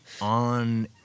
on